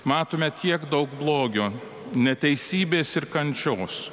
matome tiek daug blogio neteisybės ir kančios